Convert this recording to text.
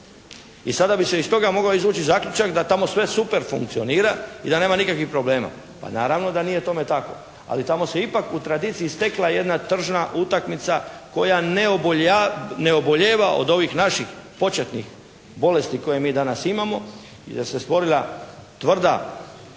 I sada bi se iz toga mogao izvući zaključak da tamo sve super funkcionira i da nema nikakvih problema. Pa naravno da nije tome tako. Ali tamo se ipak u tradiciji stekla jedna tržna utakmica koja ne obolijeva od ovih naših početnih bolesti koje mi danas imamo i da se stvorila tvrda pravila